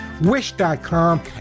wish.com